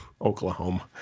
Oklahoma